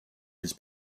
his